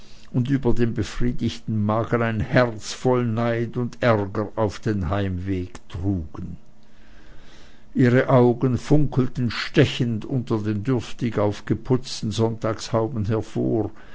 und über dem befriedigten magen ein herz voll neid und ärger auf den heimweg trugen ihre augen funkelten stechend unter den dürftig aufgeputzten sonntagshauben hervor